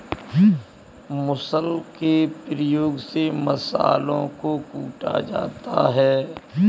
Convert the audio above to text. मुसल के प्रयोग से मसालों को कूटा जाता है